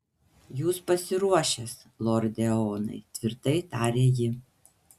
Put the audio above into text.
jūs pasiruošęs lorde eonai tvirtai tarė ji